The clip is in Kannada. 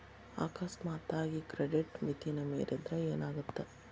ಅಕಸ್ಮಾತಾಗಿ ಕ್ರೆಡಿಟ್ ಮಿತಿನ ಮೇರಿದ್ರ ಏನಾಗತ್ತ